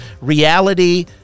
reality